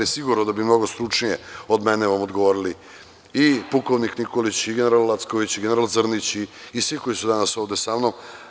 Sigurno je da bi mnogo stručnije od mene odgovorili i pukovnik Nikolić i general Lacković i general Zrnić i svi koji su danas ovde sa mnom.